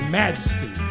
majesty